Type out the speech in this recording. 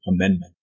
Amendment